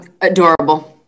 Adorable